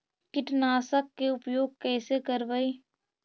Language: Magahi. कीटनाशक के उपयोग कैसे करबइ?